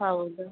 ಹೌದು